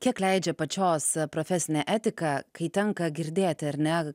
kiek leidžia pačios profesinė etika kai tenka girdėti ar ne